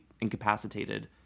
incapacitated